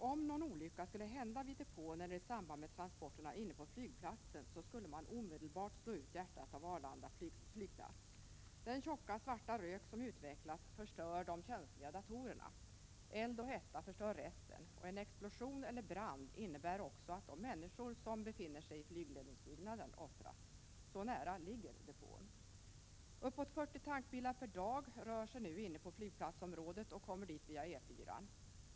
Om en olycka skulle hända vid depån eller i samband med transporterna inne på flygplatsen, skulle det omedelbart slå ut hjärtat av Arlanda flygplats, flygtrafikledningen. Den tjocka, svarta rök som utvecklas förstör de känsliga datorerna. Eld och hetta förstör resten. En explosion eller brand innebär också att de människor som befinner sig i flygledningsbyggnaden offras. Så nära ligger depån. Uppåt 40 tankbilar per dag rör sig nu inne på flygplatsområdet och kommer dit via E 4-an.